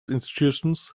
institutions